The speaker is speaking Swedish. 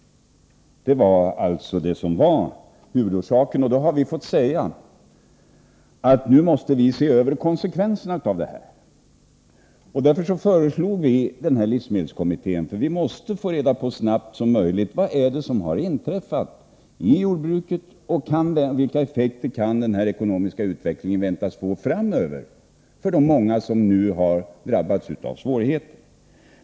Det var alltså huvudorsaken, och då har vi sagt att nu måste vi se över konsekvenserna av det här. Därför föreslog vi att livsmedelskommittén skulle tillsättas, för vi måste så snabbt som möjligt få reda på vad som inträffat i jordbruket och vilka effekter den ekonomiska utvecklingen kan väntas få framöver för de många som har drabbats av svårigheter.